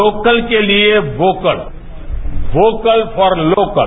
लोकत के लिए वोकत वोकल फॉर तोकत